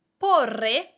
PORRE